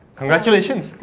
Congratulations